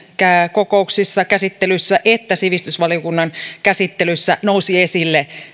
kokouksissa käsittelyssä että sivistysvaliokunnan käsittelyssä nousi esille